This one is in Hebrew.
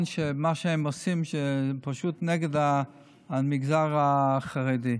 שמה שהם עושים זה פשוט נגד המגזר החרדי.